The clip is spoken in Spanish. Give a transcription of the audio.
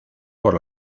por